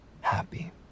happy